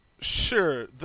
Sure